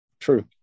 True